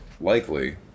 likely